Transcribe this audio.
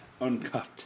uncuffed